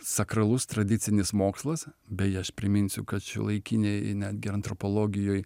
sakralus tradicinis mokslas beje aš priminsiu kad šiuolaikinėj netgi antropologijoj